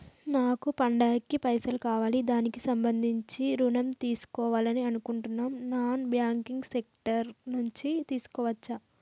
నాకు పండగ కి పైసలు కావాలి దానికి సంబంధించి ఋణం తీసుకోవాలని అనుకుంటున్నం నాన్ బ్యాంకింగ్ సెక్టార్ నుంచి తీసుకోవచ్చా?